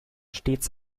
stets